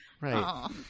Right